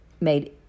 made